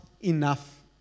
Enough